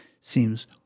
seems